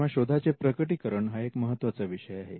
तेव्हा शोधाचे प्रकटीकरण हा एक महत्त्वाचा विषय आहे